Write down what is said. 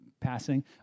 passing